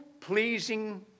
pleasing